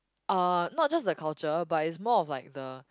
uh not just the culture but is more of like the